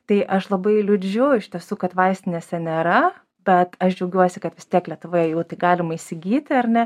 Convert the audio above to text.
tai aš labai liūdžiu iš tiesų kad vaistinėse nėra bet aš džiaugiuosi kad vis tiek lietuvoje jų galima įsigyti ar ne